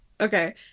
Okay